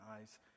eyes